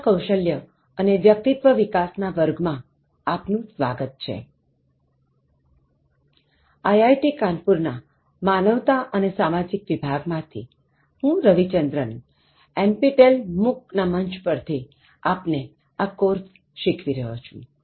કાનપુર ના માનવતા અને સામાજિક વિભાગ માં થી હું રવિચંદ્રન NPTEL MOOC ના મંચ પરથી આપને આ કોર્સ શીખવી રહ્યો છું